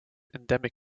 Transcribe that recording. endemic